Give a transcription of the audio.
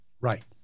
right